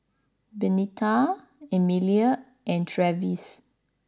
Benita Amelie and Travis